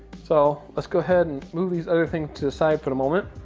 so let's go ahead and move these other things to the side for a moment.